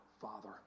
Father